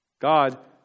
God